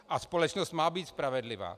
A společnost má být spravedlivá.